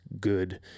good